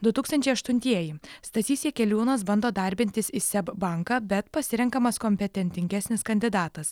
du tūkstančiai aštuntieji stasys jakeliūnas bando darbintis į seb banką bet pasirenkamas kompetentingesnis kandidatas